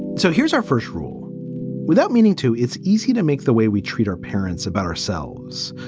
so here's our first rule without meaning to it's easy to make the way we treat our parents about ourselves,